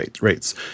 rates